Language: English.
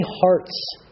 hearts